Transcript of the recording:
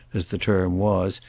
as the term was,